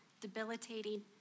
debilitating